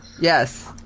Yes